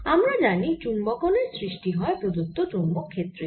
আমরা জানি চুম্বকনের সৃষ্টি হয় প্রদত্ত চৌম্বক ক্ষেত্রের জন্য